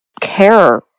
care